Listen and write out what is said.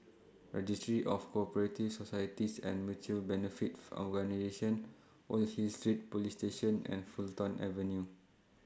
Registry of Co Operative Societies and Mutual Benefit Organisations Old Hill Street Police Station and Fulton Avenue